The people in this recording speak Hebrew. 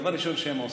דבר ראשון שהן עושות,